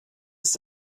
ist